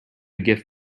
gift